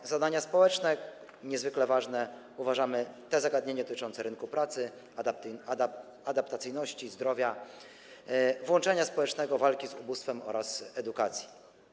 Za zadania społeczne niezwykle ważne uważamy zagadnienia dotyczące rynku pracy, adaptacyjności, zdrowia, włączenia społecznego, walki z ubóstwem oraz edukacji.